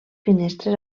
finestres